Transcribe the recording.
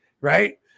right